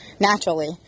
naturally